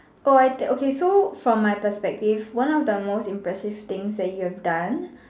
oh I that so from my perspective one of the most impressive thing that you have done